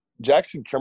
Jackson